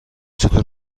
چطور